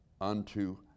unto